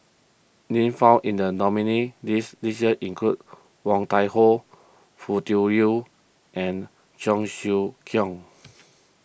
names found in the nominees' list this year include Woon Tai Ho Foo Tui Liew and Cheong Siew Keong